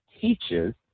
teaches